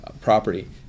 property